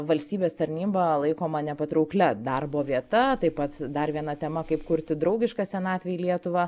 valstybės tarnyba laikoma nepatrauklia darbo vieta taip pat dar viena tema kaip kurti draugišką senatvei lietuvą